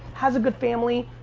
has a good family,